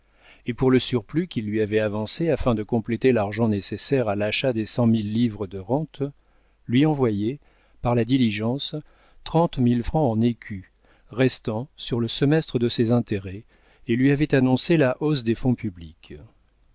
et pour le surplus qu'il lui avait avancé afin de compléter l'argent nécessaire à l'achat des cent mille livres de rente lui envoyait par la diligence trente mille francs en écus restant sur le semestre de ses intérêts et lui avait annoncé la hausse des fonds publics